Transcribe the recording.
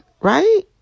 Right